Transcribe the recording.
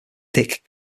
dick